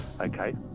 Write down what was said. Okay